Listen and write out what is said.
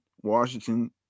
washington